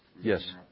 Yes